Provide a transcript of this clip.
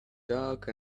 dark